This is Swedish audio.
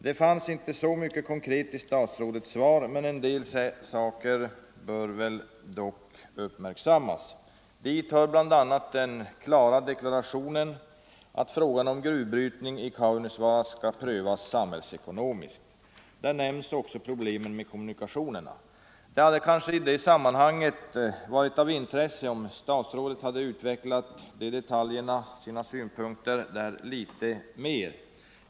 Det fanns inte så mycket konkret i statsrådets svar, men en del saker bör dock uppmärksammas. Dit hör bl.a. den klara deklarationen att frågan om gruvbrytning i Kaunisvaara skall prövas samhällsekonomiskt. Där nämns också problemen med kommunikationerna. Det hade kanske i det sammanhanget varit av intresse om statsrådet hade utvecklat sina synpunkter på de detaljerna litet mer.